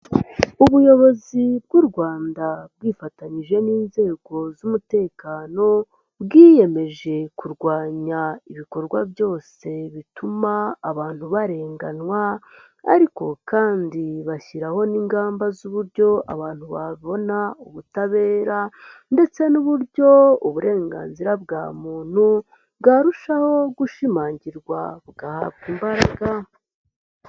Ubuyobozi bw'u Rwanda bwifatanyije n'inzego z'umutekano bwiyemeje kurwanya ibikorwa byose bituma abantu barenganywa ariko kandi bashyiraho n'ingamba z'uburyo abantu babona ubutabera ndetse n'uburyo uburenganzira bwa muntu bwarushaho gushimangirwa bugahabwa imbaraga.